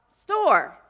store